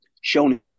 shown